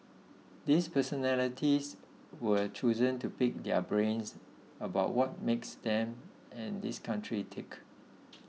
these personalities were chosen to pick their brains about what makes them and this country tick